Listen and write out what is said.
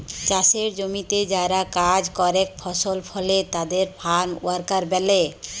চাসের জমিতে যারা কাজ করেক ফসল ফলে তাদের ফার্ম ওয়ার্কার ব্যলে